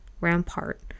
rampart